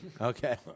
Okay